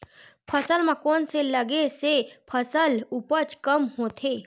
फसल म कोन से लगे से फसल उपज कम होथे?